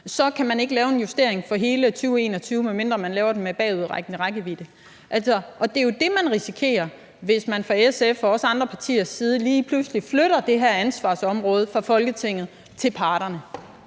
kan man ikke lave en justering for hele 2021, medmindre man laver den med bagudrettet rækkevidde, og det er jo det, man risikerer, hvis man fra SF's og også andre partiers side lige pludselig flytter det her ansvarsområde fra Folketinget til parterne.